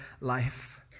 life